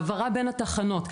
העברה בין התחנות,